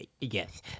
Yes